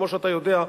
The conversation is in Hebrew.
כמו שאתה יודע,